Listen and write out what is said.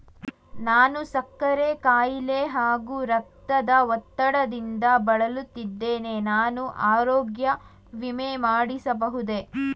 ನಾನು ಸಕ್ಕರೆ ಖಾಯಿಲೆ ಹಾಗೂ ರಕ್ತದ ಒತ್ತಡದಿಂದ ಬಳಲುತ್ತಿದ್ದೇನೆ ನಾನು ಆರೋಗ್ಯ ವಿಮೆ ಮಾಡಿಸಬಹುದೇ?